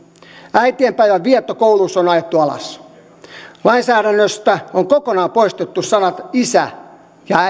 äitienpäivän vietto kouluissa on ajettu alas lainsäädännöstä on kokonaan poistettu sanat isä ja